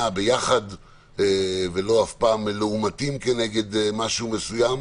ביחד ואף פעם לא לעומתיים כנגד משהו מסוים.